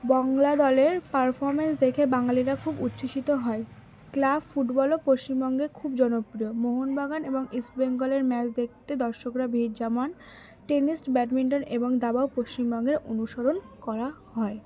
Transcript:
বাংলা দলের পারফরমেন্স দেখে বাঙালিরা খুব উচ্ছ্বসিত হয় ক্লাব ফুটবলও পশ্চিমবঙ্গে খুব জনপ্রিয় মোহনবাগান এবং ইস্টবেঙ্গলের ম্যাচ দেখতে দর্শকরা ভিড় জমান টেনিস ব্যাডমিন্টন এবং দাবাও পশ্চিমবঙ্গে অনুসরণ করা হয়